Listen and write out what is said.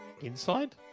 inside